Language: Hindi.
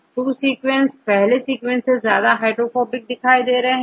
तो2 सीक्वेंस पहले सीक्वेंस से ज्यादा हाइड्रोफोबिक है